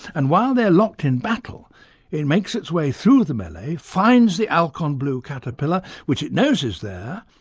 and while they're locked in battle it makes its way through the melee, finds the alcon blue caterpillar, which it knows is there,